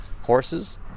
horses